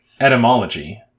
etymology